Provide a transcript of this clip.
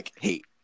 hate